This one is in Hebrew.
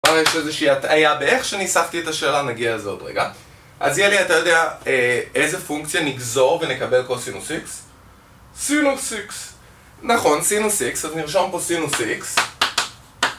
אבל יש איזושהי הטעייה באיך שניסחתי את השאלה, נגיע לזה עוד רגע אז יהיה לי, אתה יודע איזה פונקציה נגזור ונקבל פה קוסינוס X? סינוס X! נכון, סינוס X, אז נרשום פה סינוס X